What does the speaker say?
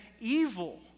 evil